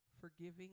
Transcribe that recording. forgiving